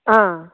आं